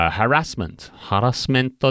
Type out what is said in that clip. harassment